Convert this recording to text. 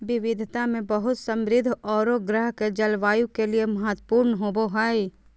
विविधता में बहुत समृद्ध औरो ग्रह के जलवायु के लिए महत्वपूर्ण होबो हइ